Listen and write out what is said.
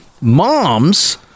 Moms